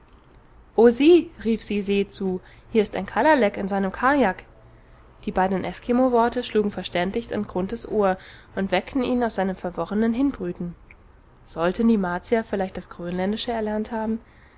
sieh rief sie se zu hier ist ein kalalek in seinem kajak die beiden eskimoworte schlugen verständlich an grunthes ohr und weckten ihn aus seinem verworrenen hinbrüten sollten die martier vielleicht das grönländische erlernt haben